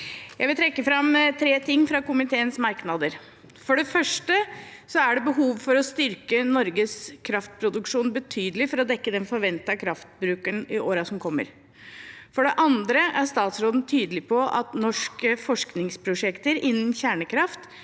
Jeg vil trekke fram tre ting fra komiteens merknader: – For det første er det behov for å styrke Norges kraftproduksjon betydelig for å dekke den forventede kraftbruken i årene som kommer. – For det andre er statsråden tydelig på at norske forskningsprosjekter innen kjernekraft